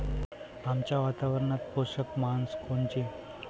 आमच्या वातावरनात पोषक म्हस कोनची?